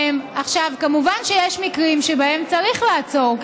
כמובן שיש מקרים שבהם צריך לעצור,